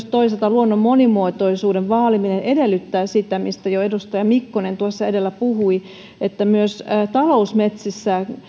toisaalta luonnon monimuotoisuuden vaaliminen edellyttää sitä mistä jo edustaja mikkonen tuossa edellä puhui että myös talousmetsissä